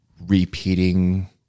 repeating